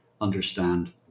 understand